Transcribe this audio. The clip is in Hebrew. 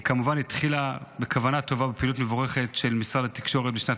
היא כמובן התחילה בכוונה טובה ובפעילות מבורכת של משרד התקשורת בשנת